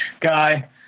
guy